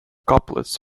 couplets